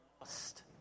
lost